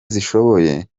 zishoboye